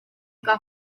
que